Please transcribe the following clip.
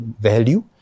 value